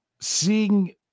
seeing